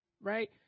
right